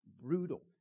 brutal